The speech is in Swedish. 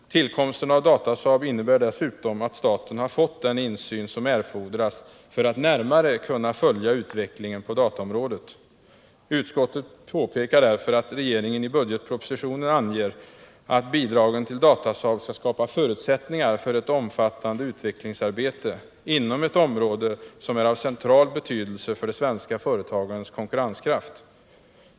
Tillkomsten av Datasaab innebär dessutom att staten har fått den insyn som erfordras för att närmare kunna följa utvecklingen på dataområdet. Utskottet påpekar vidare att regeringen i budgetpropositionen anger att bidragen till Datasaab skall skapa förutsättningar för ett omfattande utvecklingsarbete inom ett område som är av central betydelse för de svenska företagens konkurrenskraft.